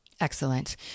Excellent